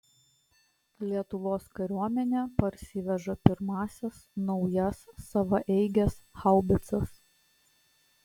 lietuvos kariuomenė parsiveža pirmąsias naujas savaeiges haubicas